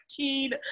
15